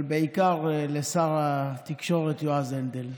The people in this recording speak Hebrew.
אבל בעיקר לשר התקשורת יועז הנדל.